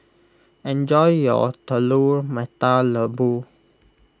enjoy your Telur Mata Lembu